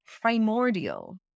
primordial